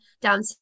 down